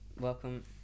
welcome